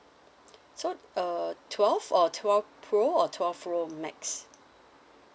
so uh twelve or twelve pro or twelve pro max